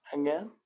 Again